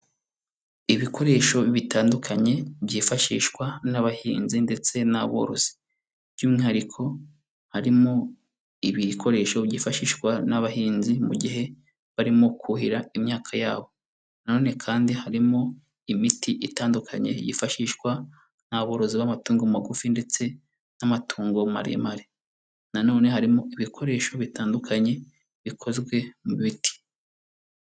Ibikoresho bitandukanye, byifashishwa n'abahinzi ndetse n'aborozi, by'umwihariko harimo ibikoresho byifashishwa n'abahinzi mu gihe barimo kuhira imyaka yabo, na none kandi harimo imiti itandukanye yifashishwa n'aborozi b'amatungo magufi ndetse n'amatungo maremare, na none harimo ibikoresho bitandukanye bikozwe mu biti.